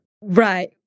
Right